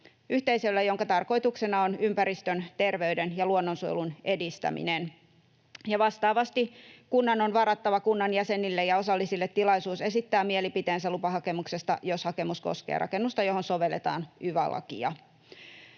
yhteisöllä, jonka tarkoituksena on ympäristön‑, terveyden- ja luonnonsuojelun edistäminen. Vastaavasti kunnan on varattava kunnan jäsenille ja osallisille tilaisuus esittää mielipiteensä lupahakemuksesta, jos hakemus koskee rakennusta, johon sovelletaan yva-lakia.